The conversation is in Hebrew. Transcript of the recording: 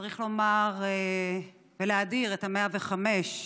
צריך לומר ולהאדיר את ה-105,